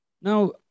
Now